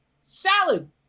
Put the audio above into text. salad